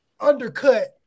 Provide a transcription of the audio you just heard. undercut